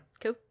Cool